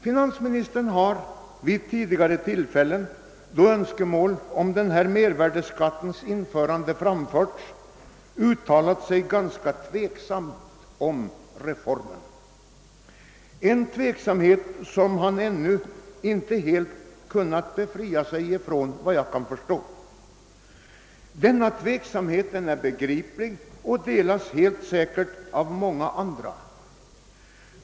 Finansministern har vid tidigare tillfällen, då önskemål om införande av mervärdeskatt framförts, uttalat sig med ganska stor tveksamhet, och såvitt jag förstår har han ännu inte helt upphört att hysa tveksamhet. Detta är begripligt — många är säkerligen lika tveksamma som finansministern.